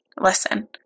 listen